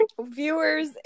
Viewers